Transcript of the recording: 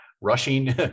rushing